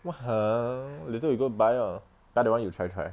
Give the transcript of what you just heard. what !huh! later we go buy ah buy the [one] you try try